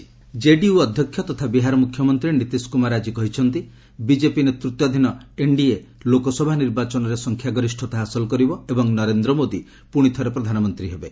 Nitish JDU JDU ଅଧ୍ୟକ୍ଷ ତଥା ବିହାର ମୁଖ୍ୟମନ୍ତ୍ରୀ ନିତୀଶ କୁମାର ଆଜି କହିଛନ୍ତି ବିଜେପି ନେତୃତ୍ୱାଧୀନ ଏନ୍ଡିଏ ଲୋକସଭା ନିର୍ବାଚନରେ ସଂଖ୍ୟା ଗରିଷ୍ଠତା ହାସଲ କରିବ ଏବଂ ନରେନ୍ଦ୍ର ମୋଦି ପୁଣିଥରେ ପ୍ରଧାନମନ୍ତ୍ରୀ ହେବେ